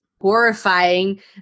horrifying